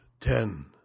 ten